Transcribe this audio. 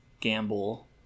gamble